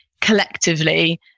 collectively